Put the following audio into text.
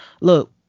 Look